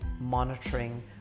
monitoring